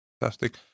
Fantastic